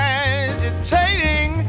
agitating